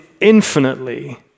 infinitely